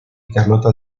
carlota